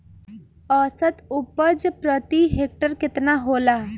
औसत उपज प्रति हेक्टेयर केतना होला?